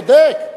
אתה צודק.